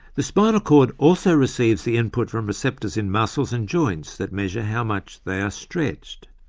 the spinal cord also receives the input from receptors in muscles and joints that measure how much they are stretched.